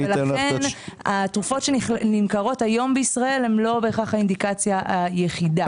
התרופות שנמכרות היום בישראל אינן בהכרח האינדיקציה היחידה.